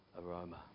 aroma